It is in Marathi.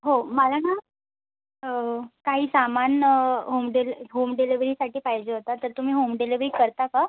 हो मला ना काही सामान होम डेल होम डेलेवरीसाठी पाहिजे होता तर तुम्ही होम डेलेवरी करता का